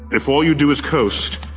if all you do is coast,